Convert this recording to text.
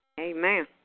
Amen